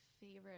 favorite